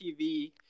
tv